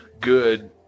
good